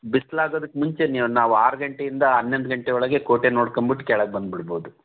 ಬಿಸ್ಲಾಗೋದಕ್ಕೆ ಮುಂಚೆ ನೀವು ನಾವು ಆರು ಗಂಟೆಯಿಂದ ಹನ್ನೊಂದು ಗಂಟೆ ಒಳಗೆ ಕೋಟೆ ನೋಡ್ಕೊಂಬಿಟ್ಟು ಕೆಳಗೆ ಬಂದ್ಬಿಡ್ಬೋದು